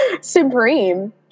supreme